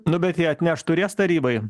nu bet jie atnešt turės tarybai